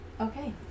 Okay